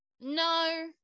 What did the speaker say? No